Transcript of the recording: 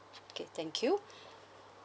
okay thank you